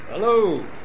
Hello